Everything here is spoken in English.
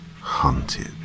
hunted